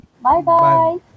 Bye-bye